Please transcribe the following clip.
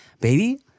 baby